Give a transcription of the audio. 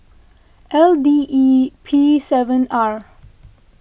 L D E P seven R